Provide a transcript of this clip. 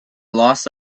lost